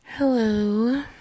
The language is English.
hello